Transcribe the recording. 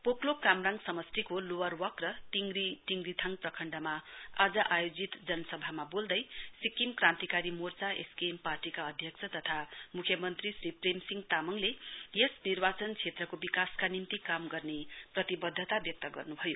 पोकलोक कामराङ समस्टिको लोवर वक र तिंगरी टिंग्रीथाङ प्रखाण्डमा आज आयोजित जनसभामा बोल्दै सिक्किम क्रान्तिक्रारी मोर्चा एसकेएम पार्टीका अध्यक्ष तथा मुख्यमन्त्री श्री प्रेमसिंह तामाङले यस निर्वाचन क्षेत्रको विकासका निम्ति काम गर्ने प्रतिवध्दता व्यक्त गर्नुभयो